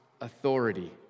authority